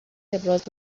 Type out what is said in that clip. ابراز